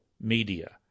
media